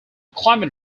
climate